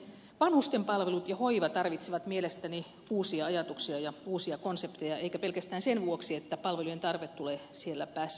vanhusten palvelut ja hoiva tarvitsevat mielestäni uusia ajatuksia ja uusia konsepteja eikä pelkästään sen vuoksi että palvelujen tarve tulee siellä päässä kasvamaan